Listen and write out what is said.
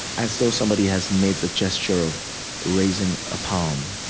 as though somebody has made the gesture of raising a palm,